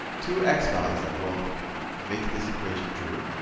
two x values that will make this equation true.